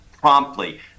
promptly